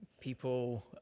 people